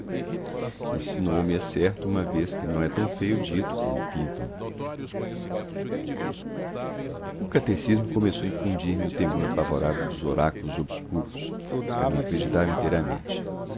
insinuou me é certo uma vez que não é tão feio o dito como o pintam o catecismo começou a infundir me o temor apavorado dos oráculos obscuros eu não acreditava inteiramente